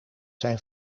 zijn